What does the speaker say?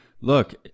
look